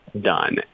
done